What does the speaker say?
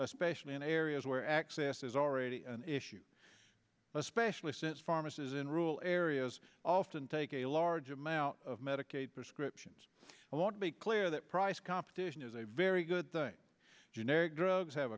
especially in areas where access is already an issue especially since pharmacies in rule areas often take a large amount of medicaid prescriptions i want to be clear that price competition is a very good thing generic drugs have